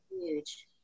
huge